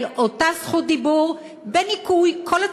תודה רבה.